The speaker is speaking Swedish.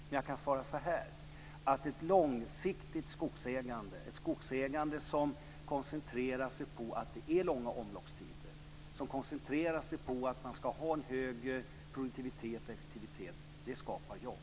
Men jag kan svara så här: Ett långsiktigt skogsägande som koncentrerar sig på att det är långa omloppstider, på att man ska ha en hög produktivitet och effektivitet skapar jobb.